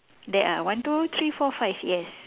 there are one two three four five yes